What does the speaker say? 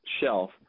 shelf